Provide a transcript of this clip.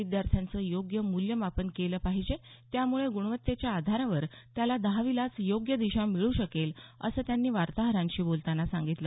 विद्यार्थ्यांचं योग्य मूल्यमापन केलं पाहिजे त्यामुळे गुणवत्तेच्या आधारावर त्याला दहावीलाच योग्य दिशा मिळू शकेल असं त्यांनी वार्ताहरांशी बोलतांना सांगितलं